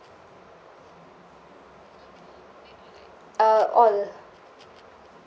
uh all